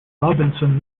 robinson